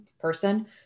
person